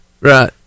Right